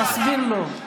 תסביר לו.